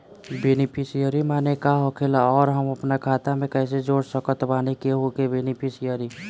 Beneficiary माने का होखेला और हम आपन खाता मे कैसे जोड़ सकत बानी केहु के बेनीफिसियरी?